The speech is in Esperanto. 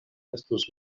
estus